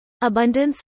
abundance